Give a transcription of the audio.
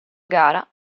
gara